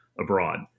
abroad